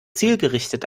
zielgerichtet